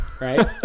Right